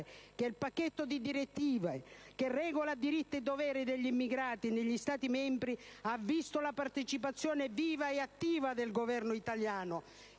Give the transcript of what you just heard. che il pacchetto di direttive che regola diritti e doveri degli immigrati negli Stati membri ha visto la partecipazione viva ed attiva del Governo italiano.